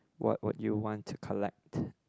what would you want to collect